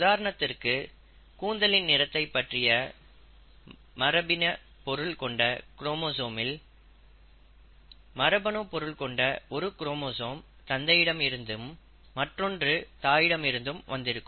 உதாரணத்திற்கு கூந்தலின் நிறத்தை பற்றிய மரபின பொருள் கொண்ட குரோமோசோமில் மரபணு பொருள் கொண்ட ஒரு குரோமோசோம் தந்தையிடம் இருந்தும் மற்றொன்று தாயிடமிருந்தும் வந்திருக்கும்